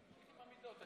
איזה מידות?